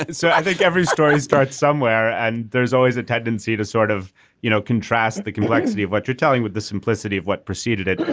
and so i think every story starts somewhere and there's always a tendency to sort of you know contrast the complexity of what you're telling with the simplicity of what preceded it.